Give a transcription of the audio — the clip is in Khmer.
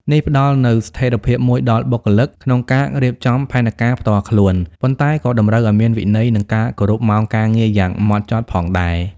នេះផ្តល់នូវស្ថេរភាពមួយដល់បុគ្គលិកក្នុងការរៀបចំផែនការផ្ទាល់ខ្លួន ប៉ុន្តែក៏តម្រូវឱ្យមានវិន័យ និងការគោរពម៉ោងការងារយ៉ាងម៉ត់ចត់ផងដែរ។